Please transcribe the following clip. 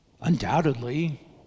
undoubtedly